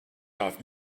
off